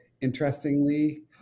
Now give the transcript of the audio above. interestingly